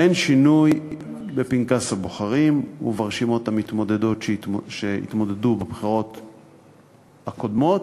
אין שינוי בפנקס הבוחרים וברשימות המתמודדות שהתמודדו בבחירות הקודמות,